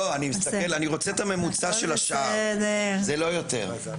אני רוצה את הממוצע של השאר, זה לא יותר.